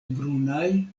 brunaj